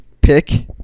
Pick